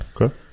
Okay